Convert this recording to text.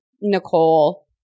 Nicole